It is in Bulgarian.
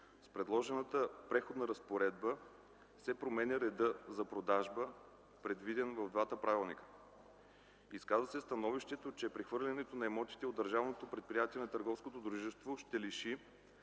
С предложената преходна разпоредба се променя редът за продажба, предвиден в двата правилника. Изказа се и становището, че прехвърлянето на имотите от държавното